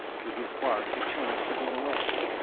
to give bart the chance to get away.